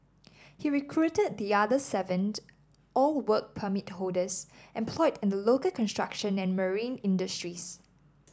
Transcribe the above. he recruited the other seven all Work Permit holders employed in the local construction and marine industries